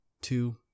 two